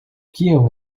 queuing